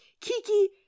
Kiki